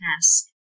task